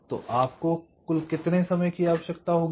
तो आपको कितने समय की आवश्यकता होगी